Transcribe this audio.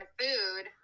food